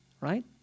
Right